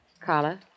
Carla